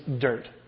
dirt